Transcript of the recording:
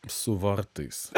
su vartais